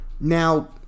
Now